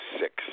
six